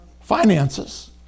finances